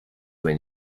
when